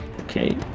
Okay